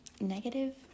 Negative